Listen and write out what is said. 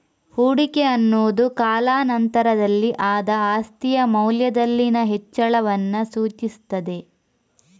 ಹೂಡಿಕೆ ಅನ್ನುದು ಕಾಲಾ ನಂತರದಲ್ಲಿ ಆದ ಆಸ್ತಿಯ ಮೌಲ್ಯದಲ್ಲಿನ ಹೆಚ್ಚಳವನ್ನ ಸೂಚಿಸ್ತದೆ